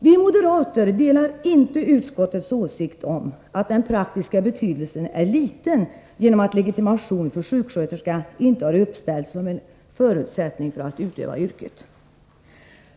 Vi moderater delar inte utskottets åsikt att den praktiska betydelsen är liten genom att legitimation för sjuksköterska inte har uppställts såsom en förutsättning för att utöva yrket.